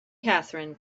catherine